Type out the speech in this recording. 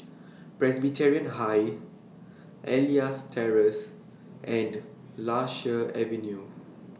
Presbyterian High Elias Terrace and Lasia Avenue